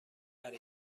همه